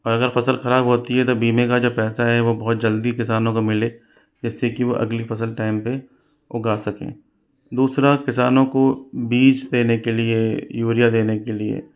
और अगर फसल ख़राब होती है तो बीमे का जो पैसा है वो बहुत जल्दी किसानों को मिले जिससे कि वह अगली फसल टाइम पर उगा सकें दूसरा किसानों को बीज देने के लिए यूरिया देने के लिए